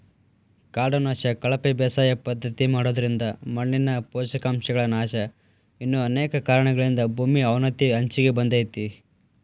ಕಾಡು ನಾಶ, ಕಳಪೆ ಬೇಸಾಯ ಪದ್ಧತಿ ಮಾಡೋದ್ರಿಂದ ಮಣ್ಣಿನ ಪೋಷಕಾಂಶಗಳ ನಾಶ ಇನ್ನು ಅನೇಕ ಕಾರಣಗಳಿಂದ ಭೂಮಿ ಅವನತಿಯ ಅಂಚಿಗೆ ಬಂದೇತಿ